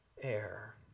air